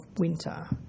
winter